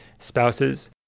spouses